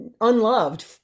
unloved